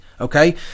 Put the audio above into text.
okay